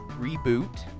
Reboot